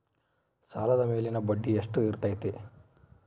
ಸಾಲದ ಮೇಲಿನ ಬಡ್ಡಿ ಎಷ್ಟು ಇರ್ತೈತೆ?